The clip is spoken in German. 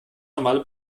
normale